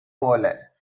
போல